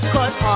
Cause